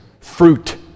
Fruit